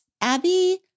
Abby